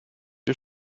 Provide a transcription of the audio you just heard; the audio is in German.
wir